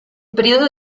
periodo